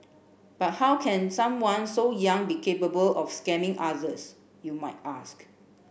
but how can someone so young be capable of scamming others you might ask